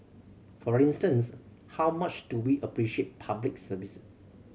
for instance how much do we appreciate Public Service